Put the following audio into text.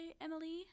emily